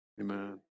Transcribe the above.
Amen